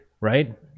right